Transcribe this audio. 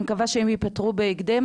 אני מקווה שהן ייפתרו בהקדם.